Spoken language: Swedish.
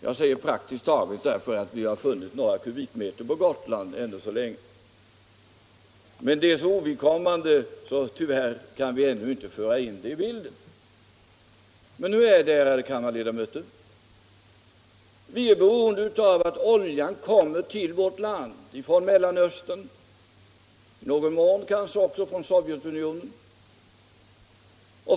Jag säger ”praktiskt taget” därför att man hittills har funnit några kubikmeter på Gotland, men kvantiteten är så ovidkommande att vi tyvärr inte kan föra in den i bilden. Ärade kammarledamöter! Vi är beroende av att oljan kommer till vårt land från Mellanöstern, i någon mån kanske också från Sovjetunionen.